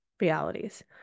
realities